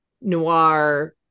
noir